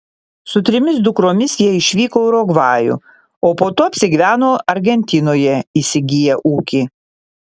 su trimis dukromis jie išvyko į urugvajų o po to apsigyveno argentinoje įsigiję ūkį